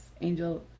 Angel